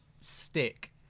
stick